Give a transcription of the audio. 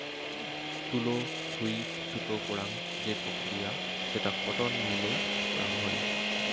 তুলো থুই সুতো করাং যে প্রক্রিয়া সেটা কটন মিল এ করাং হই